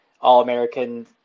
All-American